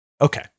Okay